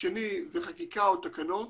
השני חקיקה או תקנות